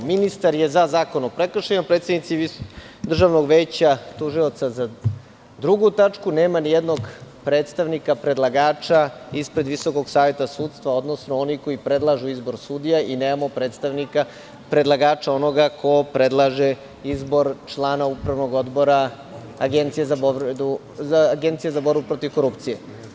Ministar je za Zakon o prekršaju, predstavnici Državnog veća tužilaca za drugu tačku, a nema nijednog predstavnika predlagača ispred Visokog saveta sudstva, odnosno oni koji predlažu izbor sudija i nemamo predstavnika predlagača onoga ko predlaže izbor člana upravnog odbora Agencije za borbu protiv korupcije.